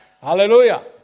Hallelujah